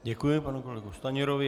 Děkuji panu kolegovi Stanjurovi.